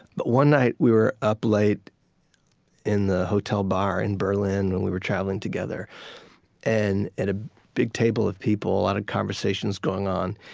but one night, we were up late in the hotel bar in berlin when we were travelling together and at a big table of people, a lot of conversations going on.